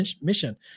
mission